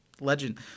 Legend